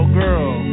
girl